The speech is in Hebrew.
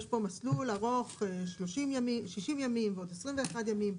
יש פה מסלול ארוך 60 ימים ועוד 21 ימים.